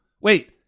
wait